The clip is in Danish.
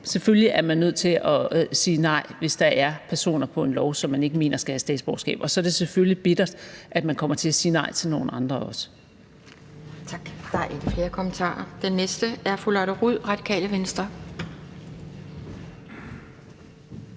selvfølgelig er nødt til at sige nej, hvis der er personer på et lovforslag, som man ikke mener skal have statsborgerskab. Så er det selvfølgelig bittert, at man kommer til at sige nej til nogle andre også.